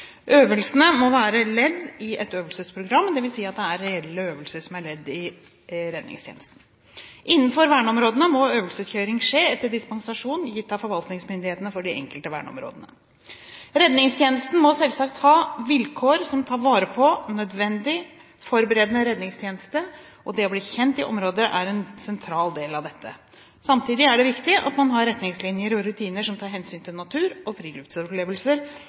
Øvelsene må være ledd i et øvelsesprogram, dvs. at det er reelle øvelser som er et ledd i redningstjenesten. Innenfor verneområdene må øvelseskjøring skje etter dispensasjon gitt av forvaltningsmyndighetene for de enkelte verneområdene. Redningstjenesten må selvsagt ha vilkår som tar vare på nødvendig, forberedende redningstjeneste, og det å bli kjent i områdene er en sentral del av dette. Samtidig er det viktig at man har retningslinjer og rutiner som tar hensyn til natur og